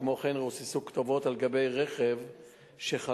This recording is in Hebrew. כמו כן רוססו כתובות על גבי רכב שחנה